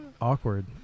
Awkward